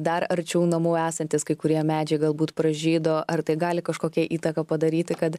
dar arčiau namų esantys kai kurie medžiai galbūt pražydo ar tai gali kažkokią įtaką padaryti kad